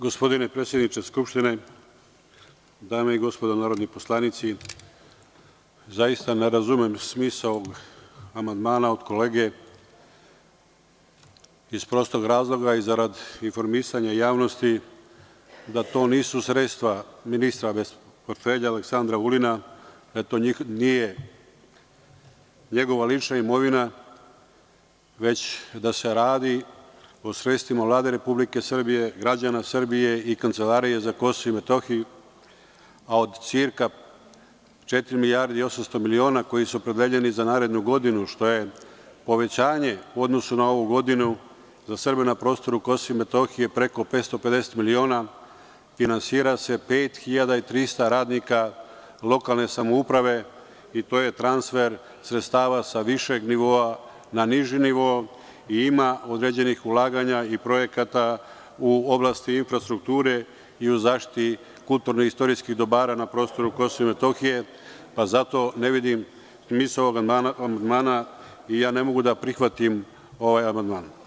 Gospodine predsedniče Skupštine, dame i gospodo narodni poslanici, zaista ne razumem smisao amandmana kolege, iz prostog razloga i zarad informisanja javnosti, to nisu sredstva ministra bez portfelja, Aleksandra Vulina, to nije njegova lična imovina, već se radi o sredstvima Vlade Republike Srbije, građana Srbije i Kancelarije za KiM, a od cirka 4,8 milijardi koje su opredeljene za narednu godinu, što je povećanje u odnosu na ovu godinu, za Srbe na prostoru KiM preko 550 miliona, finansira se 5300 radnika lokalne samouprave i to je transfer sredstava sa višeg nivoa na niži nivo i ima određenih ulaganja i projekata u oblasti infrastrukture i u zaštiti kulturno-istorijskih dobara na prostoru KiM, pa zato ne vidim smisao ovog amandmana i ne mogu da prihvatim ovaj amandman.